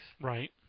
Right